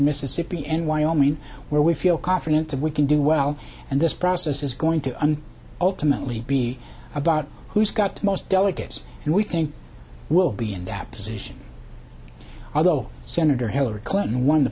mississippi and wyoming where we feel confident that we can do well and this process is going to ultimately be about who's got the most delegates and we think we'll be in that position although senator hillary clinton won